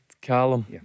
Callum